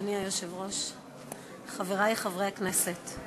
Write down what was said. היושב-ראש, חברי חברי הכנסת,